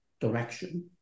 direction